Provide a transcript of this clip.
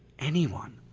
anyone.